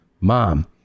mom